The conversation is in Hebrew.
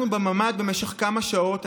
אנחנו בממ"ד במשך כמה שעות,